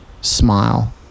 smile